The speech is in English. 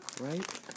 Right